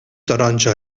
taronja